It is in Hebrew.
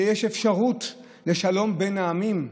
יש אפשרות לשלום בין העמים,